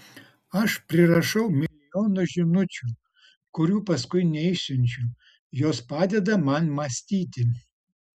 aš prirašau milijonus žinučių kurių paskui neišsiunčiu jos padeda man mąstyti